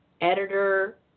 editor